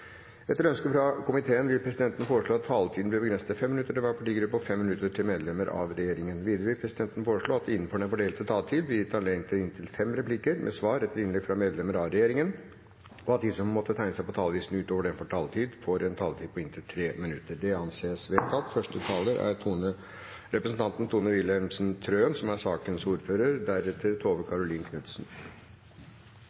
Etter ønske fra helse- og omsorgskomiteen vil presidenten foreslå at taletiden blir begrenset til 5 minutter til hver partigruppe og 5 minutter til medlem av regjeringen. Videre vil presidenten foreslå at det gis anledning til replikkordskifte på inntil fem replikker med svar etter innlegg fra medlem av regjeringen, innenfor den fordelte taletid, og at de som måtte tegne seg på talerlisten utover den fordelte taletid, får en taletid på inntil 3 minutter. – Det anses vedtatt. Komiteen har behandlet representantforslaget fra SV om tidsbruk og bemanning i eldreomsorgen i Norge. Bakgrunnen for forslaget er